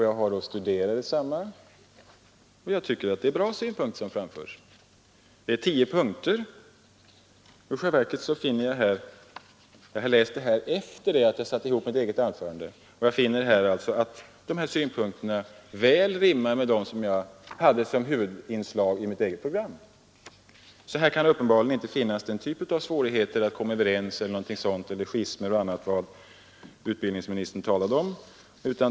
Jag har studerat det, och jag tycker att det är goda tankar som där framförs i tio punkter. Jag har läst dessa efter det att jag skrev mitt eget anförande och finner i själva verket att de väl rimmar med de synpunkter som jag hade som huvudinslag i mitt eget program. I detta sammanhang kan det tydligen inte finnas sådana svårigheter att komma överens, sådana schismer osv. som utbildningsministern talat om.